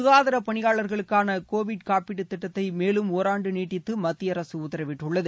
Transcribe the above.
ககாதார பணியாளர்களுக்கான கோவிட் காப்பீட்டு திட்டத்தை மேலும் ஒராண்டு நீட்டித்து மத்திய அரசு உத்தரவிட்டுள்ளது